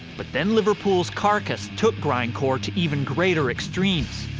but then liverpool's carcass took grindcore to even greater extremes,